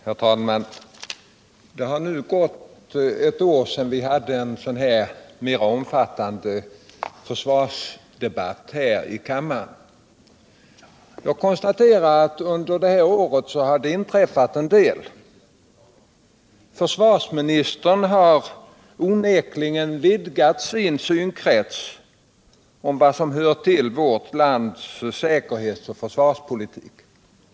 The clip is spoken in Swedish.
Herr talman! Det har nu gått ett år sedan vi hade en mera omfattande försvarspolitisk debatt här i kammaren. Jag konstaterar att det under detta år har inträffat en del. Försvarsministern har onekligen vidgat sin synkrets om vad som hör till vårt lands säkerhets och försvarspolitik.